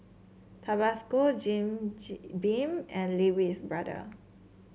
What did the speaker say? Tabasco Jim Beam and Lee Wee's Brother